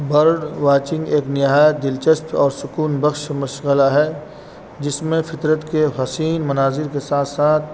bird watching ایک نہایت دلچسپ اور سکون بخش مشغلہ ہے جس میں فطرت کے حسین مناظر کے ساتھ ساتھ